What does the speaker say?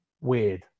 weird